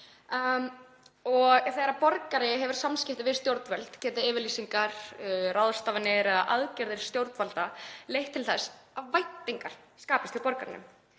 Þegar borgari hefur samskipti við stjórnvöld geta yfirlýsingar, ráðstafanir eða aðgerðir stjórnvalda leitt til þess að væntingar skapast hjá borgaranum.